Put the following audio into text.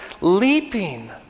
leaping